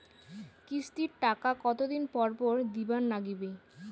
কিস্তির টাকা কতোদিন পর পর দিবার নাগিবে?